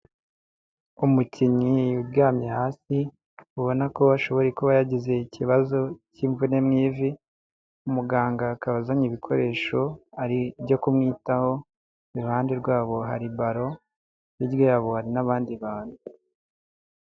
Umukinnyi uryamye hasi, ubona ko ashoboye kuba yagize ikibazo cy'imvune mu uvi, umuganga akaba azanye ibikoresho, hari ibyo kumwitaho, iruhande rwabo hari baro hirya yabo hari n'abandi bantu.